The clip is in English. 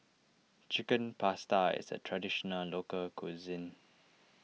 Chicken Pasta is a Traditional Local Cuisine